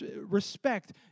respect